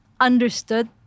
understood